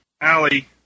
Allie